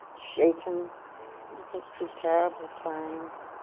shaking he went through terrible times.